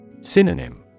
Synonym